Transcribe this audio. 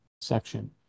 section